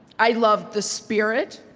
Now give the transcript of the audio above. i love the spirit,